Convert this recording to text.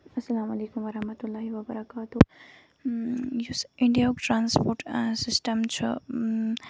اَسلام علیکُم ورحمتہ اللہ وبرکاتہہ یُس اِنڈیاہُک ٹرانَسپوٹ سِسٹم چھُ آز تہٕ